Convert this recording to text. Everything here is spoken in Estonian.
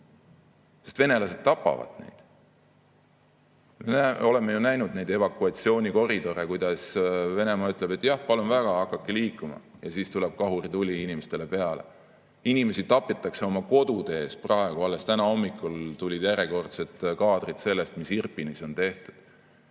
sest venelased tapavad neid. Oleme ju näinud neid evakuatsioonikoridore, kuidas Venemaa ütleb, et jah, palun väga, hakake liikuma, ja siis tuleb kahurituli inimestele peale. Inimesi tapetakse oma kodude ees praegu, alles täna hommikul tulid järjekordsed kaadrid sellest, mis Irpinis on tehtud.